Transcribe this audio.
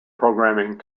programming